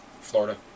Florida